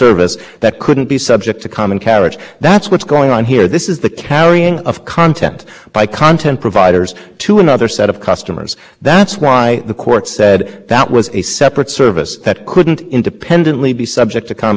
is somehow grabbing on to the interconnection arrangements and it's and the second is all subsumed within the first we never commented on that we never commented on that because we never heard of it we never heard of it because the commission's intention once it moved to the rast phase of this was to re